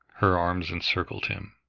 her arms encircled him.